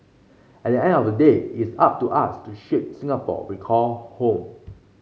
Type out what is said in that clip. at the end of the day it's up to us to shape Singapore we call home